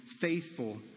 faithful